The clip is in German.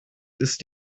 ist